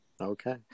Okay